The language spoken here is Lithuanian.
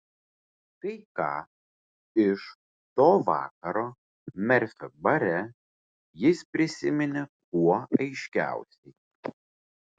kai ką iš to vakaro merfio bare jis prisiminė kuo aiškiausiai